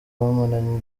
bamaranye